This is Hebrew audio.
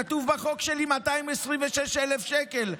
כתוב בחוק שלי 226,000 שקל קנס.